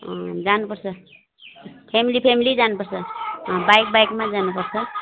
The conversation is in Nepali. अँ जानुपर्छ फेमिली फेमिली जानुपर्छ अँ बाइक बाइकमा जानुपर्छ